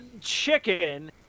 chicken